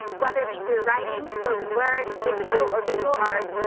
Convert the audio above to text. whether it be through writing, spoken word, video or visual art,